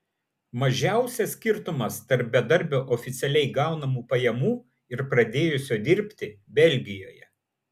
mažiausias skirtumas tarp bedarbio oficialiai gaunamų pajamų ir pradėjusio dirbti belgijoje